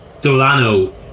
Dolano